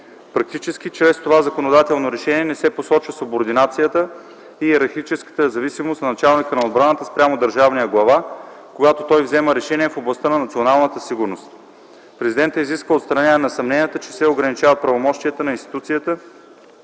Практически чрез това законодателно решение не се посочва субординацията и йерархическата зависимост на началника на отбраната спрямо държавния глава, когато той взема решения в областта на националната сигурност. Президентът изисква отстраняване на съмненията, че се ограничават правомощията на институцията